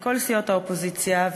כל סיעות האופוזיציה,